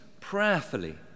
prayerfully